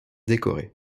décorés